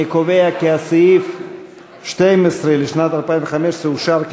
אני קובע כי סעיף 12 לשנת 2015 אושר,